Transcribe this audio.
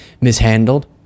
mishandled